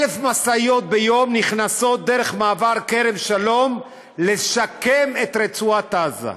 1,000 משאיות ביום נכנסות דרך מעבר כרם שלום לשקם את רצועת עזה.